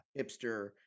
hipster